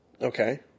Okay